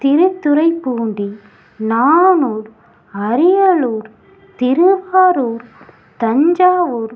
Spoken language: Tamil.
திருத்துறைப்பூண்டி நாகூர் அரியலூர் திருவாரூர் தஞ்சாவூர்